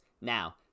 Now